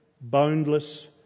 boundless